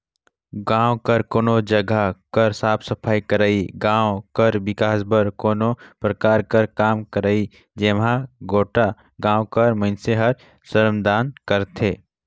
गाँव कर कोनो जगहा कर साफ सफई करई, गाँव कर बिकास बर कोनो परकार कर काम करई जेम्हां गोटा गाँव कर मइनसे हर श्रमदान करथे